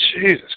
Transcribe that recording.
Jesus